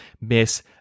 miss